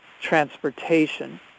transportation